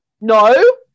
No